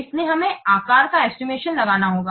इसलिए हमें आकार का एस्टिमेशन लगाना होगा